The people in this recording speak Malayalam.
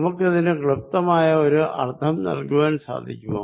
നമുക്കിതിന് ക്ലിപ്തമായ ഒരു അർഥം നല്കാൻ സാധിക്കുമോ